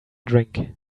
drink